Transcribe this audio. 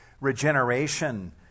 regeneration